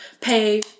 pay